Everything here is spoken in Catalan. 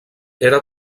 era